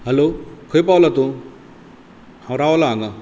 hello खंय पावला तूं हांव रावला हांगा